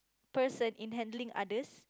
person in handling others